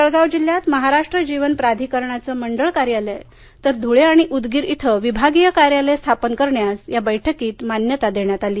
जळगाव जिल्ह्यात महाराष्ट्र जीवन प्राधिकरणाचं मंडळ कार्यालय तर धुळे आणि उदगीर इथं विभागीय कार्यालय स्थापन करण्यास या बैठकीत मान्यता देण्यात आली